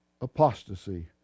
apostasy